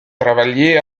travaillé